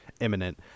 imminent